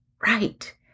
Right